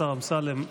השר אמסלם,